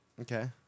Okay